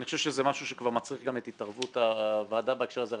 אני חושב שזה משהו שכבר מצריך את התערבות הוועדה בהקשר הזה.